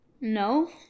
No